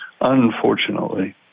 unfortunately